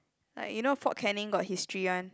like you know Fort-Canning got history [one]